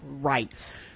Right